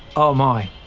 oh my,